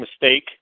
mistake